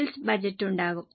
sales budget ഉണ്ടാകും